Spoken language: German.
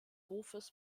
hofes